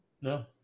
No